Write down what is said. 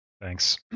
Thanks